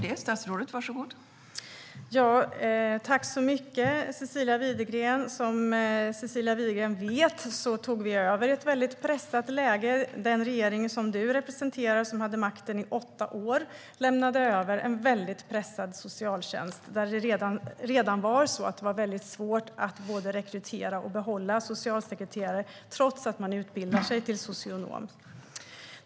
Fru ålderspresident! Jag tackar Cecilia Widegren så mycket för frågorna. Som Cecilia Widegren vet tog vi över i ett väldigt pressat läge. Den regering som Cecilia Widegren representerar och som hade makten i åtta år lämnade över en väldigt pressad socialtjänst, där det redan var mycket svårt både att rekrytera och att behålla socialsekreterare, trots att de utbildat sig till socionomer.